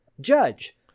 judge